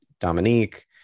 Dominique